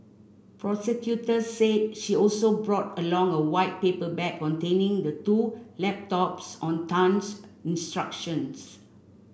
prosecutors said she also brought along a white paper bag containing the two laptops on Tan's instructions